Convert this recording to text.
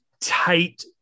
tight